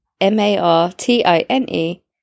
M-A-R-T-I-N-E